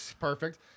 Perfect